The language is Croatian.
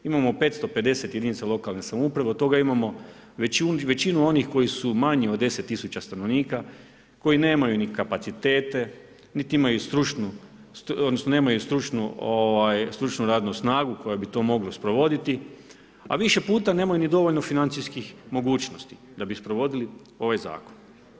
Imamo 550 jedinica lokalne samouprave, od toga imamo većinu onih koji su manji od 10000 stanovnika, koji nemaju ni kapacitete, niti imaju stručnu, odnosno nemaju stručnu radnu snagu koja bi to mogla sprovoditi, a više puta nemaju ni dovoljno financijskih mogućnosti da bi sprovodili ovaj zakon.